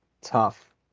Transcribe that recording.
tough